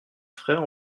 frère